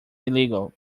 illegal